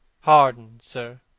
harden, sir.